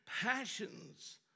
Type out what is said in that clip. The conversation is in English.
passions